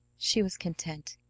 she was content.